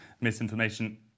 misinformation